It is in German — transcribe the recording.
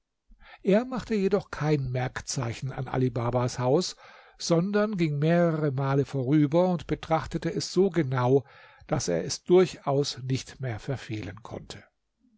er machte jedoch kein merkzeichen an ali babas haus sondern ging mehrere male vorüber und betrachtete es so genau daß er es durchaus nicht mehr verfehlen konnte